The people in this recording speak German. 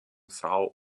frau